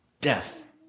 death